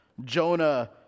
Jonah